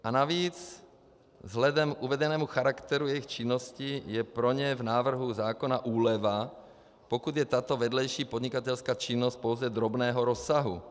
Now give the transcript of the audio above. A navíc vzhledem k uvedenému charakteru jejich činnosti je pro ně v návrhu zákona úleva, pokud je tato vedlejší podnikatelská činnost pouze drobného rozsahu.